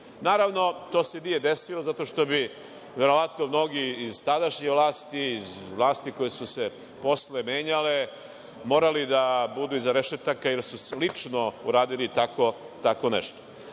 reši. Naravno, to se nije desilo zato što bi verovatno mnogi iz tadašnje vlasti, iz vlasti koje su se posle menjale, morali da budu iza rešetaka, jer su slično radili tako nešto. Donet